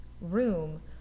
room